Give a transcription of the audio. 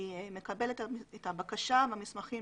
היא מקבלת את הבקשה במסמכים